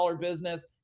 business